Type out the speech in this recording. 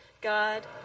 God